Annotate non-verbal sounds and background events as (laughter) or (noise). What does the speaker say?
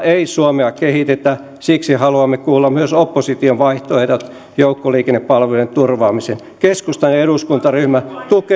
(unintelligible) ei suomea kehitetä siksi haluamme kuulla myös opposition vaihtoehdot joukkoliikennepalvelujen turvaamiseen keskustan eduskuntaryhmä